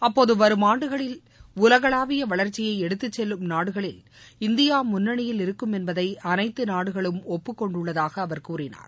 அப்போது வரும் ஆண்டுகளில் உலகளாவிய வளர்ச்சியை எடுத்து செல்லும் நாடுகளில் இந்தியா முன்னணியில் இருக்கும் என்பதை அனைத்து நாடுகளும் ஒப்புக் கொண்டுள்ளதாக அவர் கூறினார்